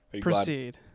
Proceed